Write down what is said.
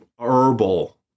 herbal